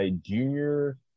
junior